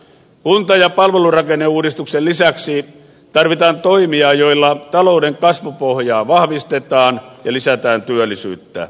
kunta ja palvelurakenneuudistuksen lisäksi tarvitaan toimia joilla talouden kasvupohjaa vahvistetaan ja lisätään työllisyyttä